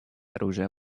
оружия